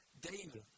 David